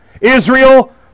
Israel